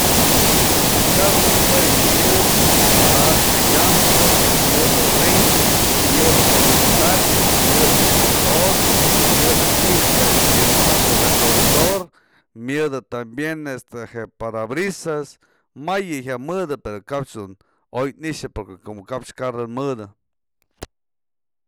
Yë carro jue yë myëdë, madaxkë llanta, myëdë ring, myëdë je wi'itaktë, myëdë je motor, myëdë je i'ixtë je a'ax dun yaj xa'ajpyë retrovisor, myëdë tambien este je parabrisas mayë jya mëdë pero kap dun oy i'ixë porque kap carrë mëdë.